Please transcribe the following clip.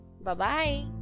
Bye-bye